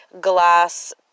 glass